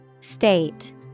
State